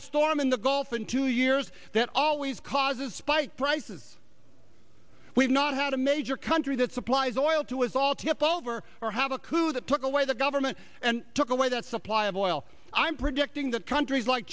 a storm in the gulf in two years that always causes spike prices we've not had a major country that supplies oil to it's all tipped over or have a coup that took away the government and took away that supply of oil i'm predicting that countries like